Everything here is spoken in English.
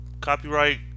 copyright